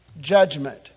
judgment